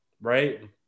right